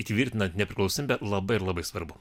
įtvirtinant nepriklausomybę labai ir labai svarbu